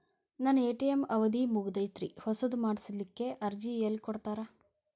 ನನ್ನ ಎ.ಟಿ.ಎಂ ಅವಧಿ ಮುಗದೈತ್ರಿ ಹೊಸದು ಮಾಡಸಲಿಕ್ಕೆ ಅರ್ಜಿ ಎಲ್ಲ ಕೊಡತಾರ?